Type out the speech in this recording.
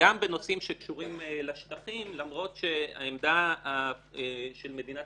וגם בנושאים שקשורים לשטחים למרות שהעמדה של מדינת